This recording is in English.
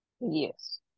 Yes